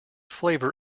flavour